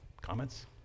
Comments